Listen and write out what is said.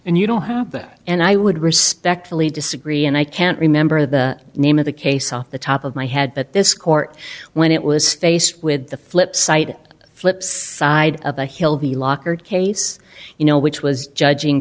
and you don't have that and i would respectfully disagree and i can't remember the name of the case off the top of my head but this court when it was faced with the flip side flip side of the hill the locker case you know which was judging